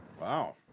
Wow